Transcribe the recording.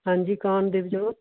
ਹਾਂਜੀ ਕੌਣ ਦਿਵਜੋਤ